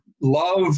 love